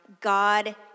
God